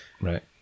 Right